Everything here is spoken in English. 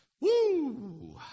Woo